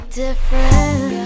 different